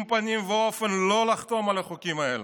פנים ואופן לא לחתום על החוקים האלה.